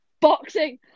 Boxing